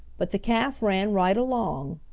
but the calf ran right along.